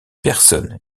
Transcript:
personne